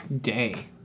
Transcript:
Day